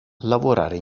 lavorare